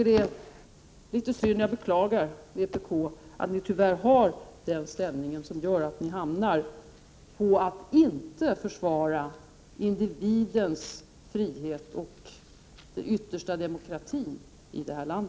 Det är alltså beklagligt att vpk har en politisk ställning, som gör att partiet tvingas avstå från att försvara individens frihet och ytterst demokratin i detta land.